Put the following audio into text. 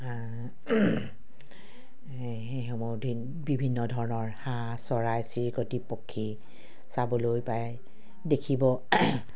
এই সেইসমূহ বিভিন্ন ধৰণৰ হাঁহ চৰাই চিৰিকটি পক্ষী চাবলৈ পায় দেখিব